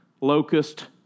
locust